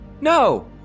No